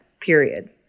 Period